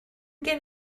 gen